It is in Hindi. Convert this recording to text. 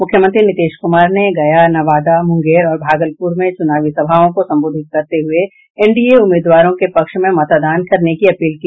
मुख्यमंत्री नीतीश कुमार ने गया नवादा मुंगेर और भागलपुर में चुनावी सभाओं को संबोधित करते हुए एनडीए उम्मीदवारों के पक्ष में मतदान करने की अपील की